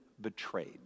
betrayed